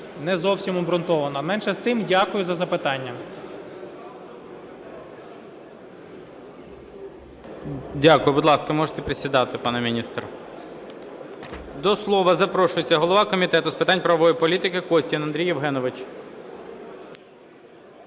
не зовсім обґрунтовано. Менше з тим, дякую за запитання. ГОЛОВУЮЧИЙ. Дякую. Будь ласка, можете присідати, пане міністр. До слова запрошується голова Комітету з питань правової політики Костін Андрій Євгенович.